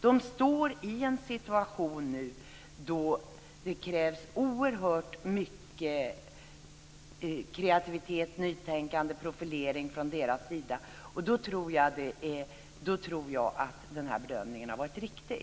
De står i en situation nu där det krävs oerhört mycket kreativitet, nytänkande och profilering från deras sida. Jag tror därför att denna bedömning har varit riktig.